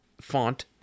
font